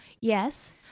Yes